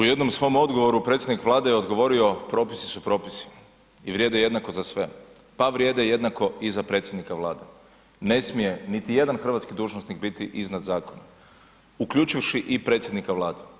U jednom svom odgovoru predsjednik Vlade je odgovorio propisi su propisi i vrijede jednako za sve, pa vrijede jednako i za predsjednika Vlade, ne smije niti jedan hrvatski dužnosnik biti iznad zakona, uključivši i predsjednika Vlade.